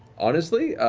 honestly?